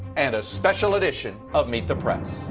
and a special edition of meet the press.